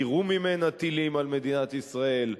יירו ממנה טילים על מדינת ישראל,